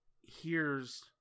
hears